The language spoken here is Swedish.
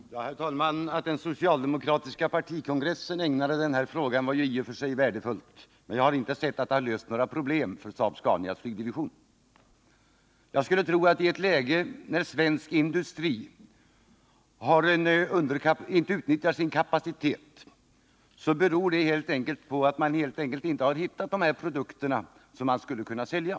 Herr talman! Att den socialdemokratiska partikongressen ägnade den här frågan stor uppmärksamhet var i och för sig värdefullt, men jag har inte sett att det löst några problem för Saab-Scanias produktion. Jag tror att om vi har ett läge där svensk industri inte utnyttjar sin kapacitet, så beror det på att man inte hittat de produkter som man skulle kunna sälja.